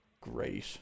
great